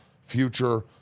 future